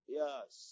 yes